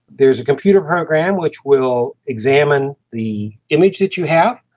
there is a computer program which will examine the image that you have,